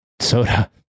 soda